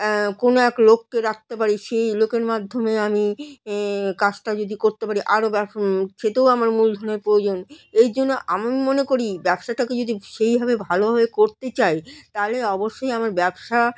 কোনো এক লোককে রাখতে পারি সেই লোকের মাধ্যমে আমি কাজটা যদি করতে পারি আরও ব্যব খেতেও আমার মূলধনের প্রয়োজন এই জন্য আমি মনে করি ব্যবসাটাকে যদি সেইভাবে ভালোভাবে করতে চাই তাহলে অবশ্যই আমার ব্যবসা